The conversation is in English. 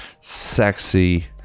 sexy